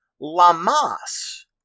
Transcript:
Lamas